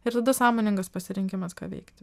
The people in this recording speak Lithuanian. ir tada sąmoningas pasirinkimas ką veikti